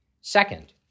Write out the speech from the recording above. Second